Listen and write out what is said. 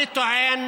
אני טוען,